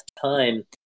time